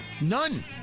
None